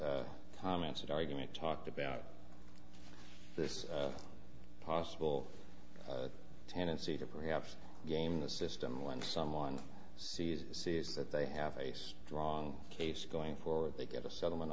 comments and argument talked about this possible tendency to perhaps game the system when someone sees sees that they have a strong case going forward they get a settlement